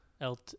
El